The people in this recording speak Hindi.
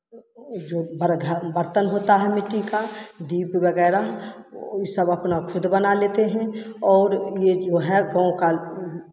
वो जो बर्तन होता है मिट्टी का दीप वगैरह ये सब अपना खुद बना लेते हैं और ये जो है गाँव का